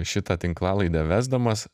šitą tinklalaidę vesdamas